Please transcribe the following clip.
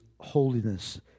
holiness